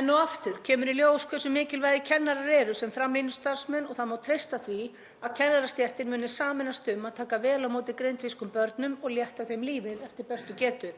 Enn og aftur kemur í ljós hversu mikilvægir kennarar eru sem framlínustarfsmenn og það má treysta því að kennarastéttin muni sameinast um að taka vel á móti grindvískum börnum og létta þeim lífið eftir bestu getu.